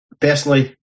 Personally